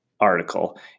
article